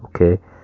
Okay